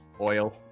oil